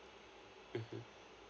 mm